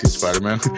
Spider-Man